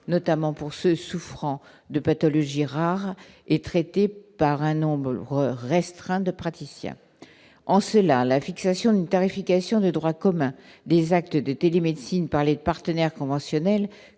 notamment pour ceux souffrant de pathologies rares et traitées par un nombre restreint de praticiens en cela la fixation d'une tarification de droit commun, des actes de télémédecine par les partenaires conventionnels